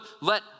let